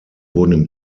wurden